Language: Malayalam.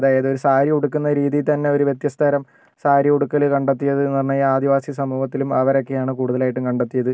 അതായത് സാരി ഉടുക്കുന്ന രീതിയിൽ തന്നെ ഒരു വ്യത്യസ്തതരം സാരി ഉടുക്കല് കണ്ടെത്തിയത് എന്ന് പറഞ്ഞു കഴിഞ്ഞാൽ ആദിവാസി സമൂഹത്തിലും അവരൊക്കെയാണ് കൂടുതലായിട്ടും കണ്ടെത്തിയത്